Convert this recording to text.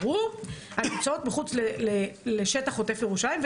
הנמצאות מחוץ לשטח עוטף ירושלים,